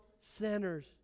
sinners